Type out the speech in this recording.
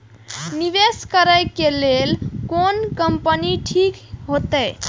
निवेश करे के लेल कोन कंपनी ठीक होते?